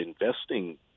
investing